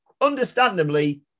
understandably